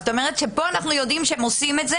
זאת אומרת שפה אנחנו יודעים שהם עושים את זה,